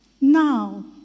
Now